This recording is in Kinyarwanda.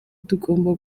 tugomba